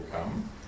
come